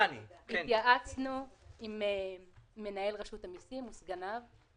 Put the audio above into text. התייעצנו עם מנהל רשות המיסים וסגניו,